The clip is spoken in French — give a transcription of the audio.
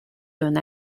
d’un